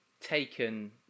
taken